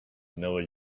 vanilla